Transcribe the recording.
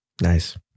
Nice